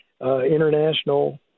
international